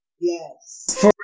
Yes